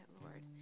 Lord